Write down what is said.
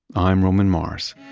i'm roman mars